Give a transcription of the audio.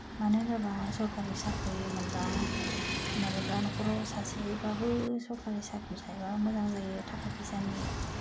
मानो होनोब्ला सरखारि साख्रि मोनब्ला मोनोब्ला न'खराव सासेब्लाबो सरखारि साख्रि थायोब्ला मोजां जायो थाखा फैसानि